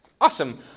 Awesome